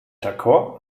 tako